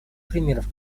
примеров